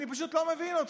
אני פשוט לא מבין אותך.